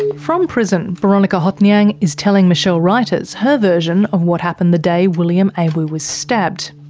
and from prison, boronika hothnyang is telling michele ruyters her version of what happened the day william awu was stabbed.